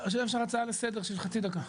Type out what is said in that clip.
אם אפשר הצעה לסדר של חצי דקה?